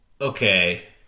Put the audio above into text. okay